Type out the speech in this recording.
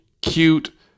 cute